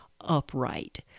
upright